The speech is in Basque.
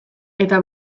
eta